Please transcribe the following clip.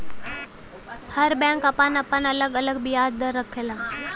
हर bank आपन आपन अलग अलग बियाज दर रखला